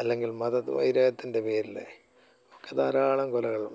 അല്ലെങ്കിൽ മതവൈരാഗ്യത്തിൻ്റെ പേരിൽ ഒക്കെ ധാരാളം കൊലകളും